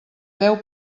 deu